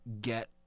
get